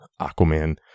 Aquaman